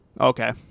okay